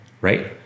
right